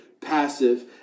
passive